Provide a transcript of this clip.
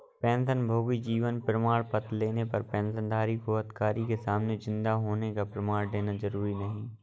पेंशनभोगी जीवन प्रमाण पत्र लेने पर पेंशनधारी को अधिकारी के सामने जिन्दा होने का प्रमाण देना जरुरी नहीं